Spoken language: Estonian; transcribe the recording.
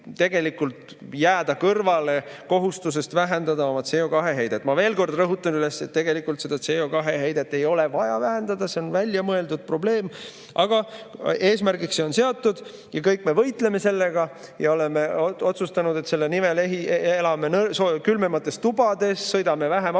tegelikult jääda kõrvale kohustusest vähendada oma CO2‑heidet. Ma veel kord rõhutan üle, et tegelikult CO2‑heidet ei ole vaja vähendada, see on väljamõeldud probleem. Aga see on eesmärgiks seatud ja kõik me võitleme sellega. Me oleme otsustanud, et selle nimel elame külmemates tubades, sõidame vähem autoga,